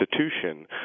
institution